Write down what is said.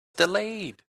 delayed